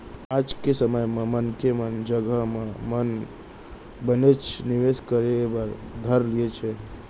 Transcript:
आज के समे म मनसे मन जघा मन म बनेच निवेस करे बर धर लिये हें